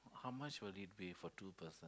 how much will it be for two person